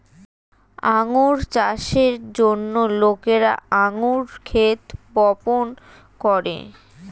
আঙ্গুর চাষের জন্য লোকেরা আঙ্গুর ক্ষেত বপন করে